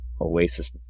Oasis